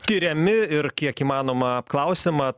tiriami ir kiek įmanoma apklausiama